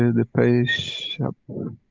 the page up.